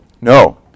No